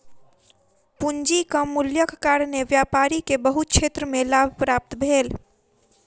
पूंजीक मूल्यक कारणेँ व्यापारी के बहुत क्षेत्र में लाभ प्राप्त भेल